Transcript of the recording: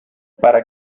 para